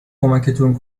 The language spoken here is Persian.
کمکتون